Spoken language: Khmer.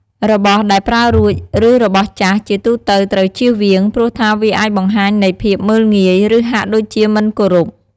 របស់ដែលប្រើរួច ឬរបស់ចាស់ ជាទូទៅត្រូវជៀសវាង ព្រោះថាវាអាចបង្ហាញនៃភាពមើលងាយ ឬហាក់ដូចជាមិនគោរព។